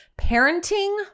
Parenting